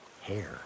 hair